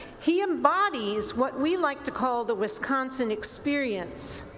he embodies what we like to call the wisconsin experience,